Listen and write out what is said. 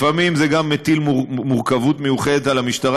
לפעמים זה גם מטיל מורכבות מיוחדת על המשטרה,